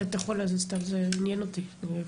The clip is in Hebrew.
זה עניין אותי.